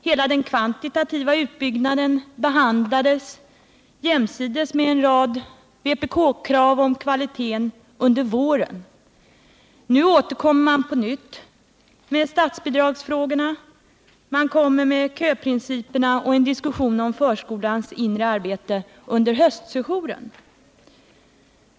Hela den kvantitativa utbyggnaden behandlades jämsides med en rad vpk-krav på kvalitet under våren. Nu återkommer man med statsbidragsfrågorna, köprinciperna och en diskussion om förskolans inre arbete under höstsejouren.